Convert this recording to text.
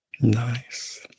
Nice